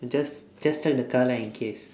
you just just check the car lah in case